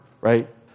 right